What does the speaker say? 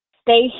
stay